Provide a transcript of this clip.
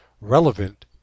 relevant